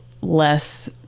less